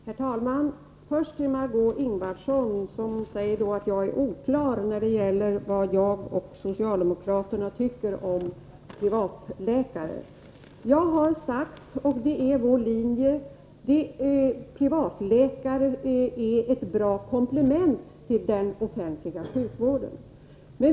Herr talman! Margö Ingvardsson säger att jag uttrycker mig oklart när det gäller vad jag och socialdemokraterna tycker om privatläkare. Det jag har sagt, vilket är vår linje, är att privatläkare är ett bra komplement till den offentliga sjukvården.